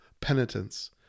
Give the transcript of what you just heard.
penitence